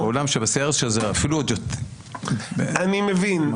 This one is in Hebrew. אני מבין,